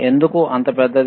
ఎందుకు అంత పెద్దది